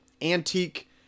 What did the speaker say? antique